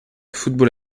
football